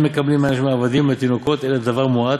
אין מקבלין מהנשים ומהעבדים ומהתינוקות אלא דבר מועט,